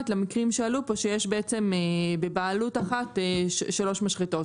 למקרים שעלו פה שיש בעצם בבעלות אחת שלוש משחטות,